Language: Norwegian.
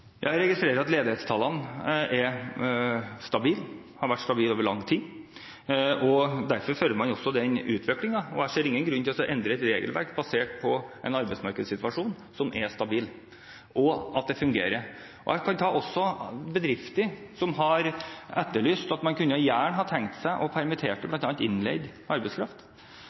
Jeg registrerer at ledighetstallene er stabile, og har vært stabile over lang tid. Derfor følger man også den utviklingen. Jeg ser ingen grunn til å endre et regelverk basert på en arbeidsmarkedssituasjon som er stabil, og som fungerer. Jeg kunne ha nevnt bedrifter som har etterlyst at man gjerne kunne ha tenkt seg å permittere bl.a. innleid arbeidskraft,